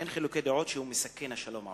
אין חילוקי דעות שהוא מסכן את השלום העולמי,